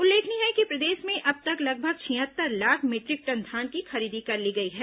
उल्लेखनीय है कि प्रदेश में अब तक लगभग छिहत्तर लाख मीट्रि क टन धान की खरीदी कर ली गई है